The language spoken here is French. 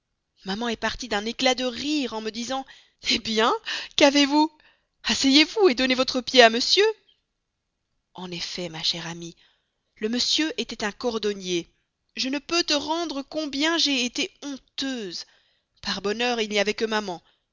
maman est partie d'un éclat de rire en me disant eh bien qu'avez-vous asseyez-vous donnez votre pied à monsieur en effet ma chère amie le monsieur était un cordonnier je ne peux te rendre combien j'ai été honteuse par bonheur il n'y avait que maman